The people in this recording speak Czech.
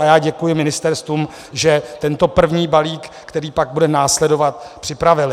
A já děkuji ministerstvům, že tento první balík, který pak bude následovat, připravila.